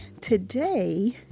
Today